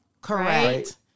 Correct